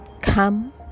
come